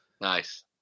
Nice